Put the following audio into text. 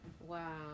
Wow